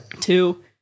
Two